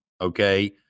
okay